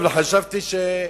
אבל חשבתי,